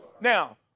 Now